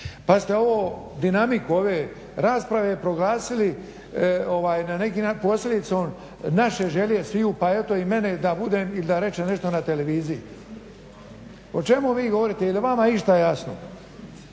pa ste ovu dinamiku ove rasprave proglasili posljedicom naše želje sviju pa eto i mene da budem ili da rečem nešto na televiziji. O čemu vi govorite? Jel vama išta jasno?